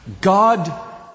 God